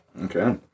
Okay